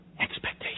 Expectation